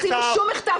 לא עשינו שום מחטף.